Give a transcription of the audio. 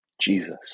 Jesus